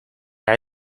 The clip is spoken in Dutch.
hij